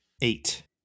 eight